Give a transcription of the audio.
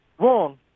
wrong